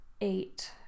eight